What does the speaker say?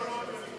כהצעת הוועדה,